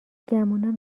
گمونم